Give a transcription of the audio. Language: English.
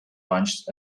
punch